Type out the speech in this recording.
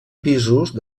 pisos